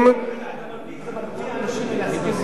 מלהשכיר דירות?